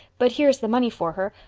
but here is the money for her.